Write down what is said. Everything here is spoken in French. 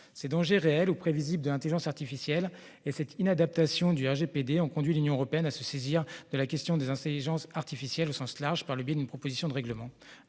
Ces dangers réels ou prévisibles des IA et cette inadaptation du RGPD ont conduit l'Union européenne à se saisir de la question des intelligences artificielles au sens large, par le biais d'une proposition de règlement.